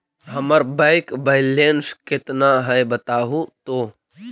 हमर bank balance केतना है बताहु तो?